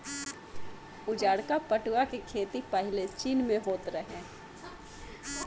उजारका पटुआ के खेती पाहिले चीन में होत रहे